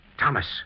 Thomas